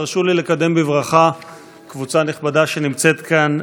הרשו לי לקדם בברכה קבוצה נכבדה ממקסיקו שנמצאת כאן.